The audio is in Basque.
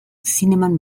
zineman